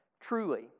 Truly